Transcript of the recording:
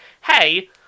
hey